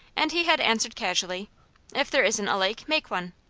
and he had answered casually if there isn't a lake, make one!